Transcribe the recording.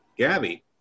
Gabby